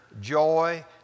joy